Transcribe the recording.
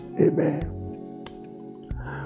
Amen